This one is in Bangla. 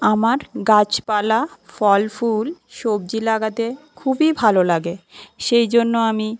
আমার গাছপালা ফল ফুল সবজি লাগাতে খুবই ভালো লাগে সেই জন্য আমি